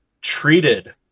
treated